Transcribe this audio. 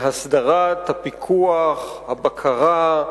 להסדרת הפיקוח, הבקרה,